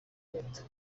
leta